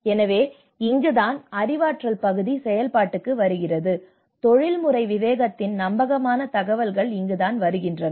எனவே இங்குதான் அறிவாற்றல் பகுதி செயல்பாட்டுக்கு வருகிறது தொழில்முறை விவேகத்தின் நம்பகமான தகவல்கள் இங்குதான் வருகின்றன